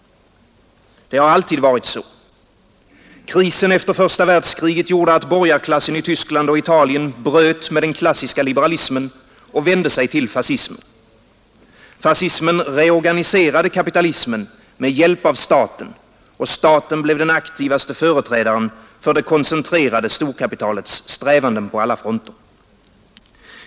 Det har alltid varit så. Krisen efter första världskriget gjorde att borgarklassen i Tyskland och Italien bröt med den klassiska liberalismen och vände sig till fascismen. Fascismen reorganiserade kapitalismen med hjälp av staten, och staten blev den aktivaste företrädaren för det koncentrerade storkapitalets strävanden på alla fronter.